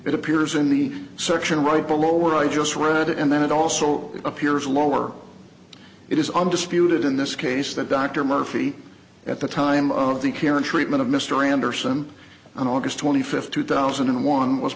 it appears in the section right below where i just read it and then it also appears lower it is undisputed in this case that dr murphy at the time of the care and treatment of mr anderson on august twenty fifth two thousand and one was